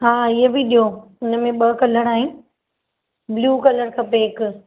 हा इहे बि ॾेयो हिनमें में ॿ कलर आहिनि ब्लू कलर खपे हिकु